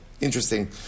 Interesting